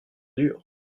dur